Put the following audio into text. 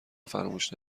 فراموش